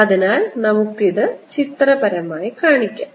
അതിനാൽ നമുക്ക് ഇത് ചിത്രപരമായി കാണിക്കാം